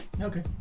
Okay